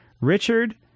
richard